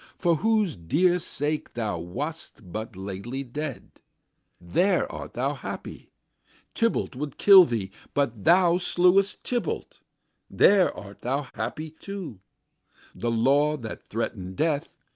for whose dear sake thou wast but lately dead there art thou happy tybalt would kill thee, but thou slewest tybalt there art thou happy too the law, that threaten'd death,